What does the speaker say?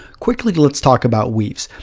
quickly, letis talk about weaves.